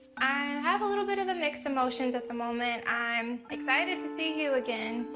i have a little bit of mixed emotions at the moment. i'm excited to see hue again.